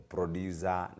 Producer